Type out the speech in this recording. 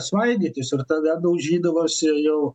svaidytis ir tada daužydavosi jau